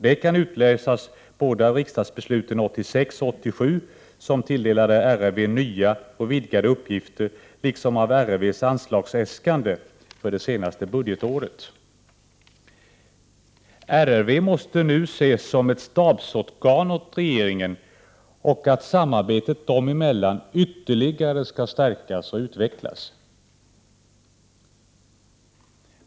Detta kan utläsas både av riksdagsbesluten 1986 och 1987, som tilldelade RRV nya och vidgade uppgifter, liksom av RRV:s anslagsäskanden för det senaste budgetåret. RRV måste nu ses som ett stabsorgan åt regeringen. Samarbetet dem emellan kommer ytterligare att stärkas och utvecklas.